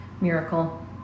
miracle